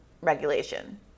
regulation